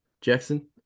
Jackson